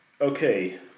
okay